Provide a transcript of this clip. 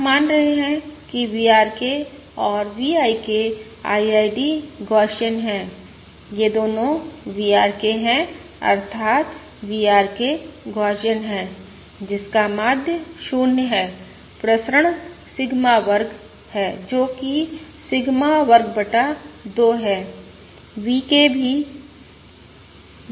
हम मान रहे हैं कि VRK और V IK IID गौसियन हैं यह दोनों VRK है अर्थात VRK गौसियन है जिसका माध्य 0 है प्रसरण सिग्मा वर्ग हैं जो कि सिग्मा वर्ग बटा 2 है